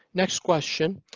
next question.